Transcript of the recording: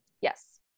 Yes